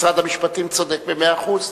משרד המשפטים צודק במאה אחוז.